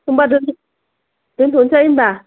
होम्बा दोन्थ' दोन्थ'नोसै होम्बा